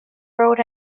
road